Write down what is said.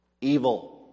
evil